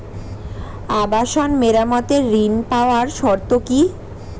আবাসন মেরামতের ঋণ পাওয়ার শর্ত কি?